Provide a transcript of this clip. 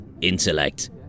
intellect